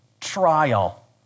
trial